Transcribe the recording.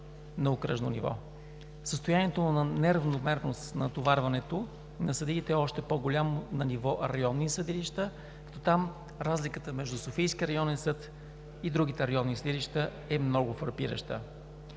на окръжно ниво. Състоянието на неравномерност в натоварването на съдиите е още по-голямо на ниво районни съдилища, като там разликата между Софийски районен съд и другите районни съдилища е много фрапираща.